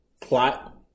plot